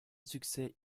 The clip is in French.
succès